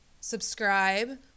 subscribe